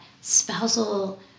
spousal